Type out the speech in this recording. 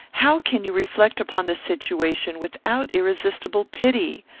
how can you reflect upon the situation without irresistible pity?